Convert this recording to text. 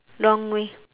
wrong way